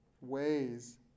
ways